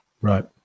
right